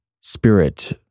spirit